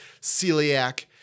celiac